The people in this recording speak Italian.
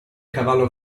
cavallo